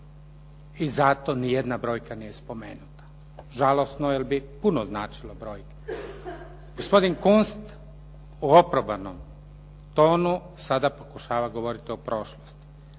I zato niti jedna brojka nije spomenuta. Žalosno jer bi puno značila brojka. Gospodin Kunst u oprobojnom tonu sada pokušava govoriti o prošlosti.